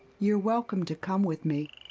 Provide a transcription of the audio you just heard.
you're welcome to come with me.